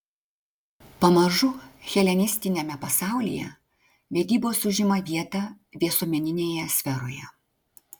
pamažu helenistiniame pasaulyje vedybos užima vietą visuomeninėje sferoje